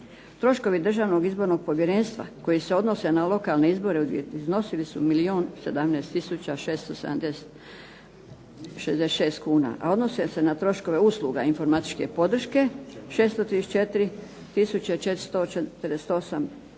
Troškovi Državnog izbornog povjerenstva koji se odnose na lokalne izbore iznosili su milijun 17 tisuća 670 66 kuna, a odnose se na troškove usluga informatičke podrške 634 tisuće